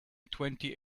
twenty